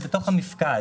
זה בתוך המיפקד.